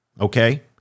okay